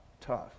tough